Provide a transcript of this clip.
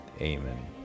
Amen